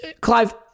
Clive